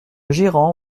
gérant